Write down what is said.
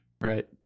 Right